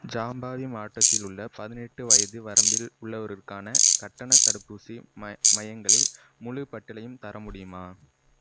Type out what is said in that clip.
ஜாம்பாயி மாவட்டத்தில் உள்ள பதினெட்டு வயது வரம்பில் உள்ளவருக்கான கட்டணத் தடுப்பூசி ம மையங்களின் முழுப் பட்டியலையும் தர முடியுமா